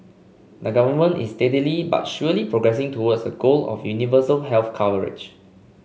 the government is steadily but surely progressing towards a goal of universal health coverage